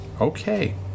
Okay